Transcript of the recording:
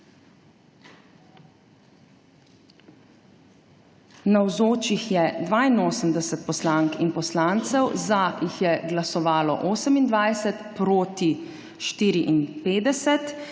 Navzočih je 82 poslank in poslancev, za jih je glasovalo 28, proti 54.